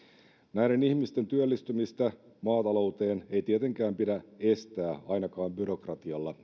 näiden ihmisten työllistymistä maatalouteen ei tietenkään pidä estää ainakaan byrokratialla